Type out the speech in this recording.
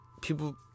people